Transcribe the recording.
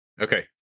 Okay